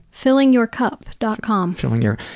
FillingYourCup.com